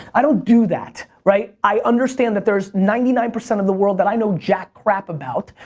i don't do that, right? i understand that there's ninety nine percent of the world that i know jack crap about.